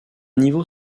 niveau